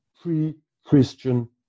Pre-Christian